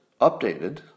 updated